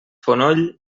fonoll